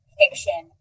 fiction